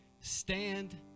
Stand